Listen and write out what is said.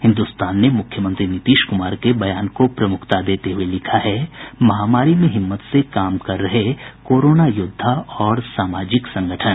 हिन्दुस्तान ने मुख्यमंत्री नीतीश कुमार के बयान को प्रमुखता देते हुये लिखा है महामारी में हिम्मत से काम कर रहे कोरोना योद्धा और सामाजिक संगठन